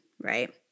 right